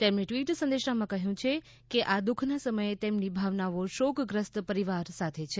તેમણે ટવીટ સંદેશમાં કહ્યુ છે કે આ દુઃખના સમયે તેમની ભાવનાઓ શોકગ્રસ્ત પરિવારો સાથે છે